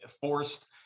forced